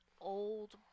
old